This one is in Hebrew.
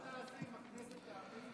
מה תעשה אם הכנסת תאמץ,